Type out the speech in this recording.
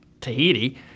Tahiti